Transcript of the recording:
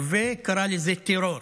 וקרא לזה טרור.